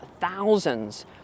thousands